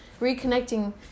reconnecting